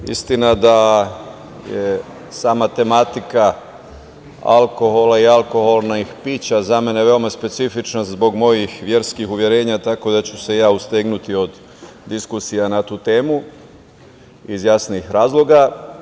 Istina da je sama tematika alkohola i alkoholnih pića, za mene je veoma specifična zbog mojih verskih uverenja, tako da ću se ja ustegnuti od diskusija na tu temu iz jasnih razloga.